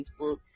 Facebook